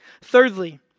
Thirdly